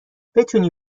بتونی